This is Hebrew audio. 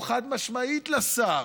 הוא חד-משמעית לשר,